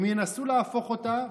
הם ינסו להפוך אותה,